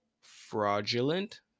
fraudulent